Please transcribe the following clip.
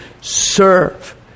serve